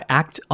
act